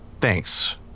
Thanks